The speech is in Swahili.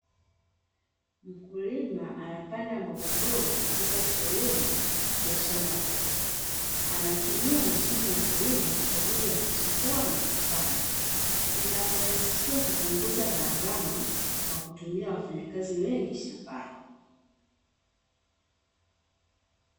Mkulima anapanda mbogamboga katika sehemu ya shamba kubwa, anatumia mashine ya kilimo kwaajili ya kutifua na kupanda, inamrahisishia kupunguza gharama kwakutumia wafanyakazi wengi shambani.